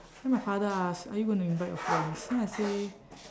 then my father ask are you gonna invite your friends then I say